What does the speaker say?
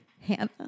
Hannah